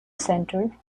centre